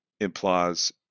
implies